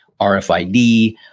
RFID